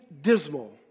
dismal